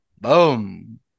Boom